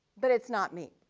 but it's not me.